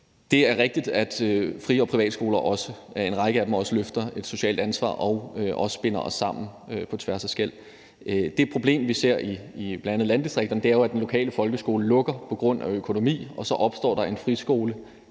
Det er rigtigt, at en række fri- og privatskoler også løfter et socialt ansvar og også binder os sammen på tværs af skel. Det problem, vi ser i bl.a. landdistrikterne, er jo, at den lokale folkeskole lukker på grund af økonomi, og så opstår der en friskole,